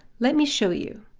let me show you.